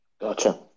Gotcha